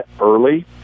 early